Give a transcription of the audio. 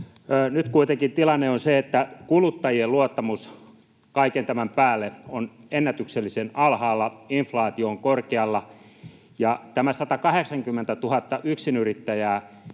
Nyt kuitenkin tilanne on se, että kuluttajien luottamus kaiken tämän päälle on ennätyksellisen alhaalla. Inflaatio on korkealla. Tässä 180 000 yksinyrittäjässä